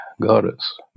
goddess